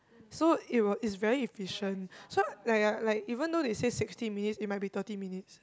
so it'll it's very efficient so like ah like even though they say sixty minutes it might be thirty minutes